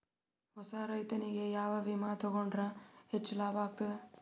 ಹೊಸಾ ರೈತನಿಗೆ ಯಾವ ವಿಮಾ ತೊಗೊಂಡರ ಹೆಚ್ಚು ಲಾಭ ಆಗತದ?